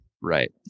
right